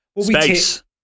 Space